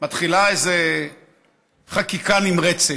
מתחילה איזו חקיקה נמרצת,